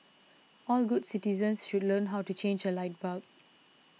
all good citizens should learn how to change a light bulb